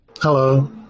Hello